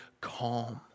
calm